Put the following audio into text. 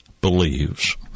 believes